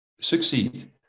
succeed